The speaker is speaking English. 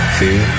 fear